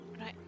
Right